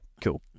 cool